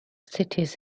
cities